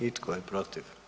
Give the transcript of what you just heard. I tko je protiv?